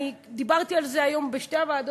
דיברתי על זה היום בשתי הוועדות,